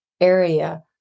area